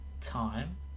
time